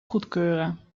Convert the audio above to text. goedkeuren